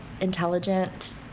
intelligent